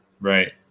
right